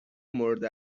مورد